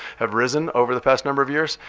have risen over the past number of years.